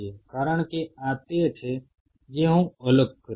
કારણ કે આ તે છે જે હું અલગ કરીશ